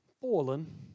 fallen